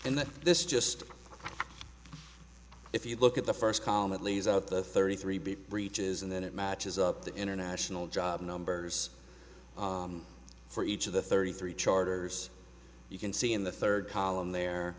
that this just if you look at the first column it lays out the thirty three breaches and then it matches up the international job numbers for each of the thirty three charters you can see in the third column there